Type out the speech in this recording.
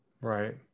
Right